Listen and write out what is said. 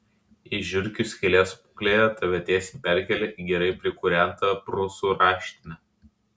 iš žiurkių skylės smuklėje tave tiesiai perkelia į gerai prikūrentą prūsų raštinę